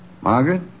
Margaret